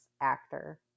actor